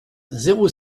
zéro